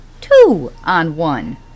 two-on-one